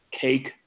cake